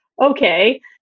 okay